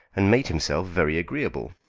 and made himself very agreeable.